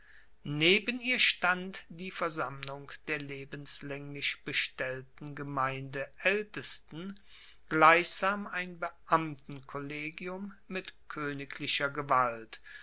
neben ihr stand die versammlung der lebenslaenglich bestellten gemeindeaeltesten gleichsam ein beamtenkollegium mit koeniglicher gewalt